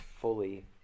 fully